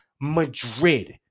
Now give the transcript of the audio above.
Madrid